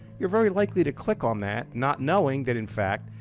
you're very likely to click on that, not knowing that, in fact,